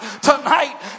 tonight